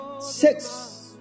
Six